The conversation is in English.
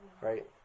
Right